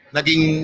Naging